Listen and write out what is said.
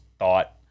Thought